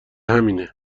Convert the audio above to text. همینه